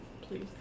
please